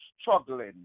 struggling